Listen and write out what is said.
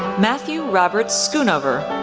matthew robert so schoonover,